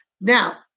Now